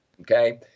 Okay